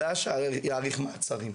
ואז יאריך מעצרים.